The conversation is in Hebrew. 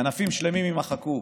ענפים שלמים יימחקו,